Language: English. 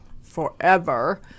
forever